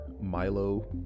Milo